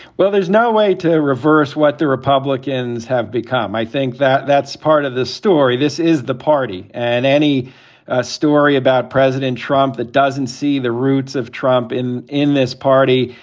well, there's no way to reverse what the republicans have become. i think that that's part of the story. this is the party. and any ah story about president trump that doesn't see the roots of trump in in this party,